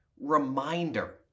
reminder